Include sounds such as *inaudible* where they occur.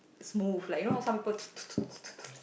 smooth like you know how some people *noise*